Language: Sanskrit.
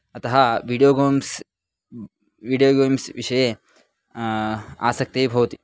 अतः वीडियो गोम्स् वीडियो गेम्स् विषये आसक्तिः भवति